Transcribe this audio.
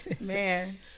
Man